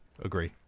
Agree